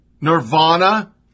Nirvana